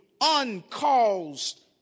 uncaused